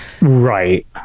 Right